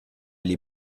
gli